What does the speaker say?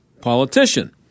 politician